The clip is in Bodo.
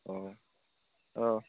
औ